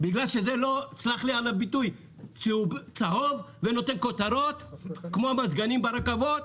בגלל שזה לא צהוב ונותן כותרות כמו המזגנים ברכבות?